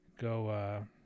go